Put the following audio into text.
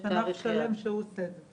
יש ענף שלם שעושה את זה.